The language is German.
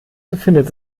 befindet